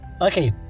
okay